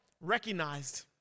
recognized